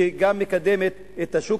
שגם מקדמת שוק